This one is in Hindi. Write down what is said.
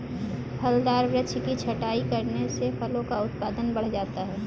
फलदार वृक्ष की छटाई करने से फलों का उत्पादन बढ़ जाता है